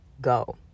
go